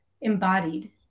embodied